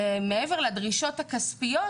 מעבר לדרישות הכספיות